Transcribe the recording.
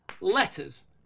letters